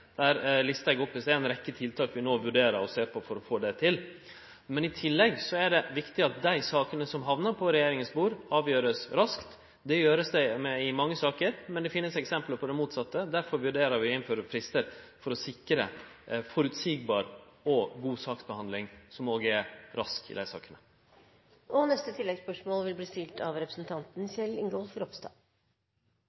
Eg lista opp i stad ei rekkje tiltak vi no vurderer å sjå på for å få det til. I tillegg er det viktig at dei sakene som hamnar på regjeringas bord, vert avgjorde raskt. Det vert gjort i mange saker, men det finst eksempel på det motsette. Derfor vurderer vi å innføre fristar for å sikre ei føreseieleg og god saksbehandling som er rask òg i dei sakene.